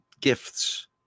gifts